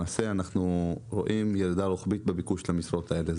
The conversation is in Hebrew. למעשה אנחנו רואים ירידה רוחבית בביקוש למשרות האלו.